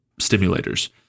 stimulators